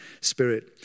spirit